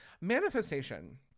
manifestation